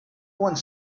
one